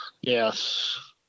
Yes